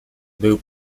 był